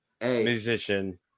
musician